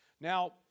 Now